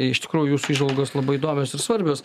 iš tikrųjų jūsų įžvalgos labai įdomios ir svarbios